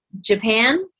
Japan